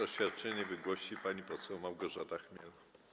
Oświadczenie wygłosi pani poseł Małgorzata Chmiel.